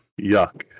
yuck